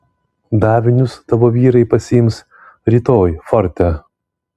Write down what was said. davinius tavo vyrai pasiims rytoj forte